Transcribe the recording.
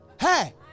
Hey